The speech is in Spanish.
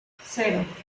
cero